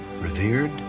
revered